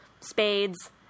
Spade's